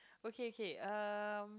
okay okay um